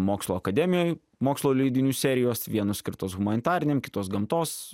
mokslų akademijoj mokslo leidinių serijos vienos skirtos humanitariniam kitos gamtos